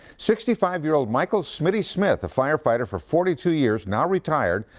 sixty five year old michael smitty smith, a fire fighter for forty two years, now retired,